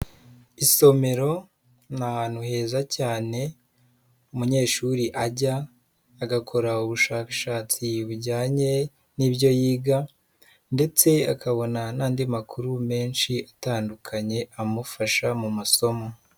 Isomero ni ahantu heza cyane umunyeshuri ajya agakora ubushakashatsi bujyanye n'ibyo yiga ndetse akabona n'andi makuru menshi atandukanye amufasha mu masomo.